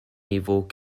niveau